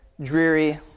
dreary